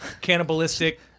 Cannibalistic